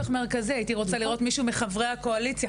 בנושא כל כך מרכזי הייתי רוצה לראות מישהו מחברי הקואליציה,